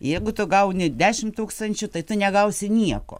jeigu tu gauni dešimt tūkstančių tai tu negausi nieko